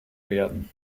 werden